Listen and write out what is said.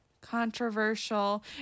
controversial